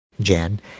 Jan